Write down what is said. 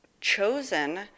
chosen